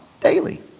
daily